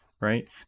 right